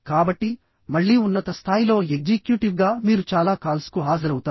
కాబట్టిమళ్ళీ ఉన్నత స్థాయిలో ఎగ్జిక్యూటివ్గా మీరు చాలా కాల్స్కు హాజరవుతారు